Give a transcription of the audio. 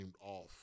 off